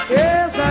yes